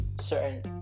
certain